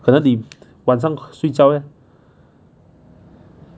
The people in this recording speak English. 可能你晚上睡觉 eh